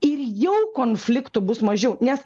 ir jau konfliktų bus mažiau nes